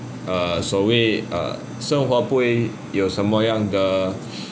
err 所谓 err 生活不会有什么样的问题